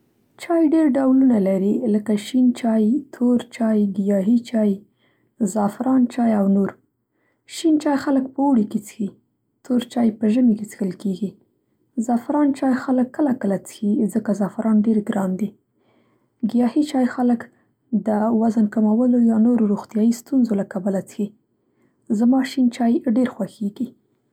د چای ډېر ډولونه لري، لکه شین چای، تور چای، ګیاهي چای، زعفران چای او نور. شین چای خلک په اوړي کې څښي. تور چای په ژمي کې څښل کېږي. زعفران چای خلک کله کله څښي ځکه زعفران ډېر ګران دي. ګیاهي چای خلک د وزن کمولو یا نورو روغتیايي ستونزو له کبله څښي. زما شین چای ډېر خوښېږي.